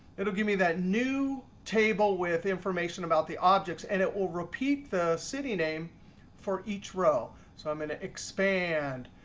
it'll give me that new table with information about the objects. and it will repeat the city name for each row. so i'm going to expand.